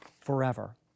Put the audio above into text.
forever